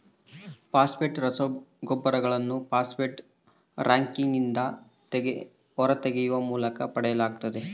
phosphate ರಸಗೊಬ್ಬರಗಳನ್ನು phosphate ರಾಕ್ನಿಂದ ಹೊರತೆಗೆಯುವ ಮೂಲಕ ಪಡೆಯಲಾಗ್ತತೆ